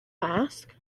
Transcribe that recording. ask